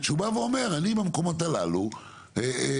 שהוא בא ואומר אני במקומות הללו רוצה.